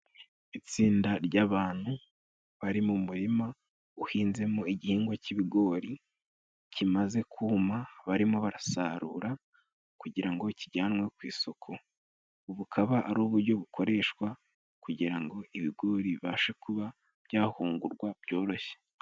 Itsinda ry'abantu bari mu murima uhinzemo igihingwa cy'ibigori ,kimaze kuma barimo barasarura kugira ngo kijyanwe ku isoko. Bukaba ari uburyo bukoreshwa kugira ngo ibigori bibashe kuba byahungurwa byoroshye.